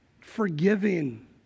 forgiving